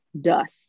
dust